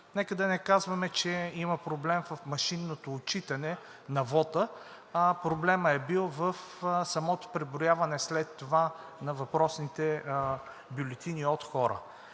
нека да не казваме, че има проблем в машинното отчитане на вота, а проблемът е бил в самото преброяване след това на въпросните бюлетини от хора.